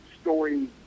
story